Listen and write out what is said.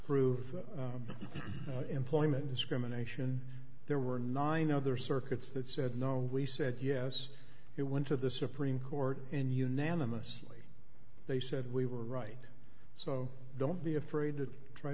prove employment discrimination there were nine other circuits that said no we said yes it went to the supreme court and unanimously they said we were right so don't be afraid to try